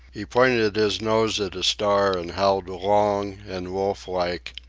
he pointed his nose at a star and howled long and wolflike,